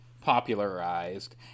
popularized